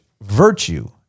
virtue